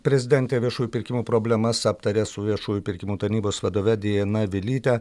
prezidentė viešųjų pirkimų problemas aptarė su viešųjų pirkimų tarnybos vadove diana vilyte